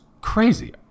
crazy